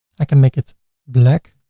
i can make it black